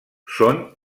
són